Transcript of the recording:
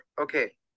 Okay